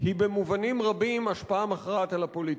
היא במובנים רבים השפעה מכרעת על הפוליטיקה.